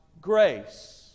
grace